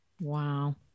Wow